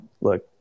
look